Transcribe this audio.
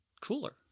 cooler